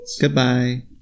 Goodbye